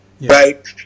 right